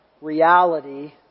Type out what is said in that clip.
reality